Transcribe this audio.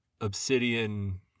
obsidian